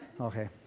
Okay